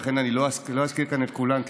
ולכן אני לא אזכיר כאן את כולן,